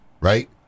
right